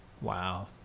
Wow